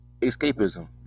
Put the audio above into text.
escapism